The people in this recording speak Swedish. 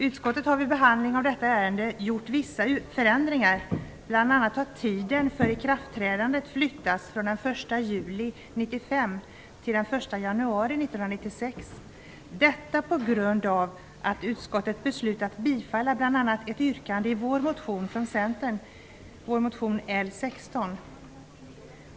Utskottet har vid behandlingen av detta ärende gjort vissa förändringar, bl.a. har tiden för ikraftträdandet flyttats från den 1 juli 1995 till den 1 januari ett yrkande i vår motion från Centern, L16.